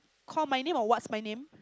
call my name or what's my name